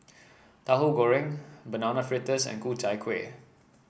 Tahu Goreng Banana Fritters and Ku Chai Kueh